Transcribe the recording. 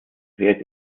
wert